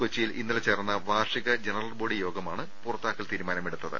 കൊച്ചിയിൽ ഇന്നലെ ചേർന്ന വാർഷിക ജന റൽ ബോഡി യോഗമാണ് പുറത്താക്കൽ തീരുമാനമെടുത്തത്